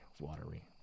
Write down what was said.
watery